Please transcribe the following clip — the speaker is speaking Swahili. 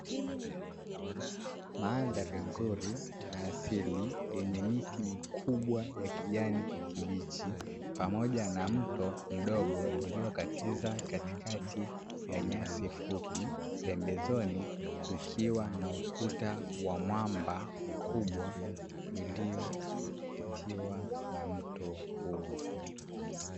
Mandhari nzuri ya asili, yenye miti mikubwa ya kijani kibichi, pamoja na mto mdogo uliokatiza katikati ya nyasi fupi, pembezoni kukiwa na ukuta wa mwamba mkubwa uliopitiwa na mto huo.